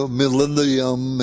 millennium